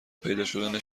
پیداشدن